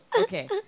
okay